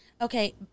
okay